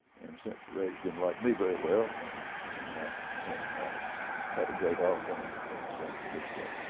and since reg didn't like me very well and and and had a great offer in san francisco,